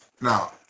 Now